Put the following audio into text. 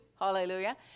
hallelujah